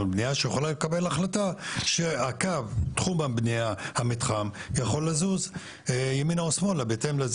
ובנייה שיכולה לקבל החלטה שתחום המתחם יכול לזוז ימינה או שמאלה בהתאם.